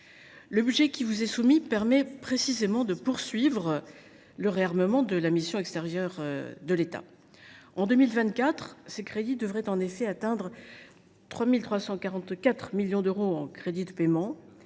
Le budget qui vous est soumis permet précisément de poursuivre le réarmement de la mission « Action extérieure de l’État ». En 2024, ses crédits devraient en effet atteindre 3 344 millions d’euros en crédits de paiement